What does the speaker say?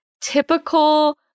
typical